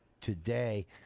today